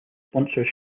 sponsors